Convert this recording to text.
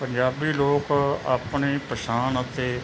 ਪੰਜਾਬੀ ਲੋਕ ਆਪਣੀ ਪਛਾਣ ਅਤੇ